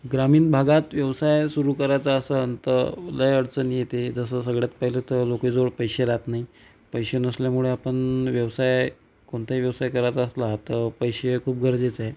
ग्रामीण भागात व्यवसाय सुरू करायचा असंन तर लई अडचणी येते जसं सगळ्यात पहिलं तर लोकांजवळ पैसे राहात नाही पैसे नसल्यामुळे आपण व्यवसाय कोणताही व्यवसाय करायचा असला तर पैसे खूप गरजेचे आहे